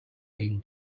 been